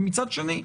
ומצד שני לאכוף.